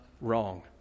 wrong